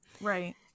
right